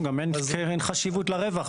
לא, גם אין חשיבות לרווח.